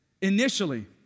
Initially